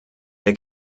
der